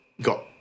got –